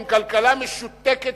עם כלכלה משותקת,